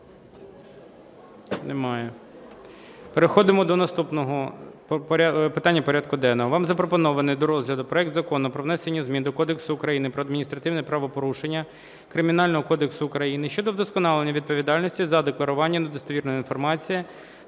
Немає. Переходимо до наступного питання порядку денного. Вам запропонований до розгляду проект Закону про внесення змін до Кодексу України про адміністративні правопорушення, Кримінального кодексу України щодо вдосконалення відповідальності за декларування недостовірної інформації